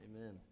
Amen